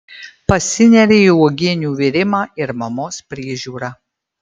pasineria į uogienių virimą ir mamos priežiūrą